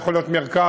זה יכול להיות מרכז,